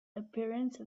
appearance